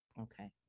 okay